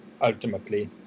ultimately